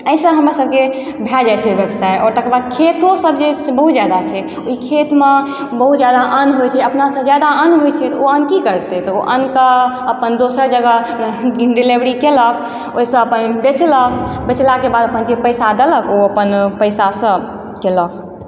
एहिसँ हमर सबके भए जाइ छै व्यवसाय आओर तकरबाद खेतो सब जे बहुत जादा छै ओहि खेतमे बहुत जादा अन्न होइ छै अपनासँ जादा अन्न होइ छै तऽ ओ अन्न कि करतै तऽ ओ अन्नके अपन दोसर जगह डिलेवरी केलक ओइसँ अपन बेचलक बेचला के बाद अपन जे पैसा देलक ओ अपन पैसा सँ केलक